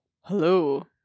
hello